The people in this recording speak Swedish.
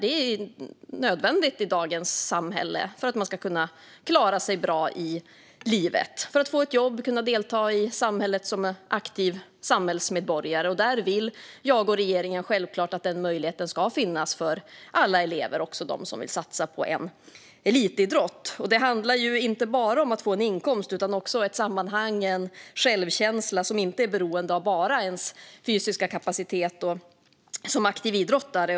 Det är nödvändigt i dagens samhälle för att man ska kunna klara sig bra i livet och för att få ett jobb och kunna delta i samhället som en aktiv samhällsmedborgare. Jag och regeringen vill självklart att denna möjlighet ska finnas för alla elever, också för dem som vill satsa på elitidrott. Det handlar inte bara om att få en inkomst utan också om ett sammanhang och en självkänsla som inte bara är beroende av ens fysiska kapacitet som aktiv idrottare.